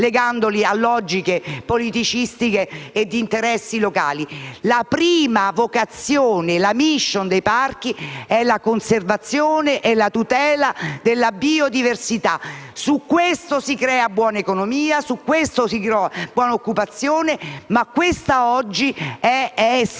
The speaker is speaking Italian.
legandoli a logiche politicistiche e di interessi locali. La prima vocazione, la *mission* dei parchi è la conservazione e la tutela della biodiversità. Su questo si crea buona economia, su questo si crea occupazione. Ma oggi la